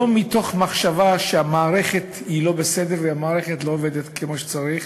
ולא מתוך מחשבה שהמערכת היא לא בסדר והמערכת לא עובדת כמו שצריך,